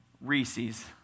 Reese's